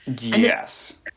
yes